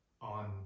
on